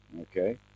Okay